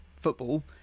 football